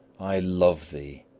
i love thee!